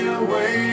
away